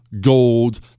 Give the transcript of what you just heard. gold